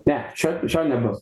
ne šio šio nebus